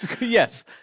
Yes